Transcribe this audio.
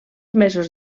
mesos